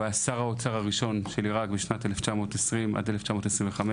הוא היה שר האוצר הראשון של עירק בשנת 1920 עד 1925,